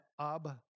Ab